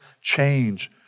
change